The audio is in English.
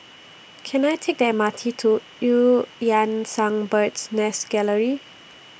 Can I Take The M R T to EU Yan Sang Bird's Nest Gallery